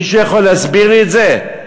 מישהו יכול להסביר לי את זה?